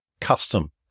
custom